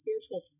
spiritual